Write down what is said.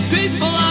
People